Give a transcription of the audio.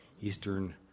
Eastern